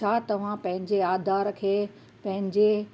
छा तव्हां पंहिंजे आधार खे पंहिंजे